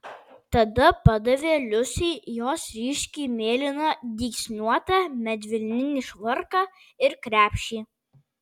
tada padavė liusei jos ryškiai mėlyną dygsniuotą medvilninį švarką ir krepšį